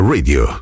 Radio